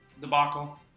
debacle